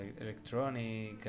electronic